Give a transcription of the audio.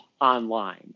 online